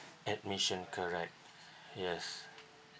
admission correct yes